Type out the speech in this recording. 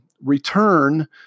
return